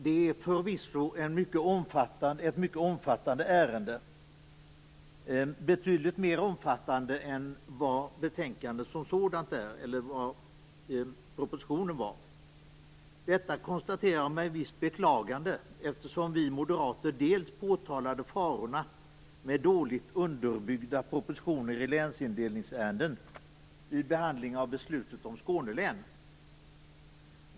Det är förvisso ett mycket omfattande ärende, betydligt mer omfattande än vad propositionen och betänkandet är. Detta konstaterar jag med visst beklagande, eftersom vi moderater påtalade farorna med dåligt underbyggda propositioner i länsindelningsärenden vid behandlingen och beslutet om Skåne län.